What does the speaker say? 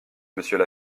monsieur